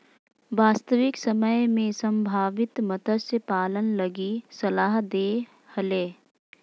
वास्तविक समय में संभावित मत्स्य पालन लगी सलाह दे हले